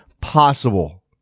possible